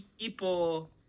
people